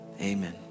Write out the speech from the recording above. amen